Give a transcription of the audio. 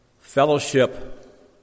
fellowship